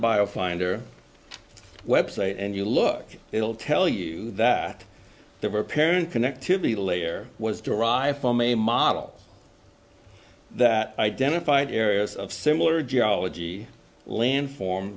bio finder website and you look it will tell you that there were apparent connectivity layer was derived from a model that identified areas of similar geology landform